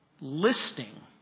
Listing